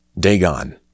Dagon